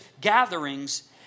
gatherings